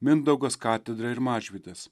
mindaugas katedra ir mažvydas